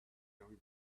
young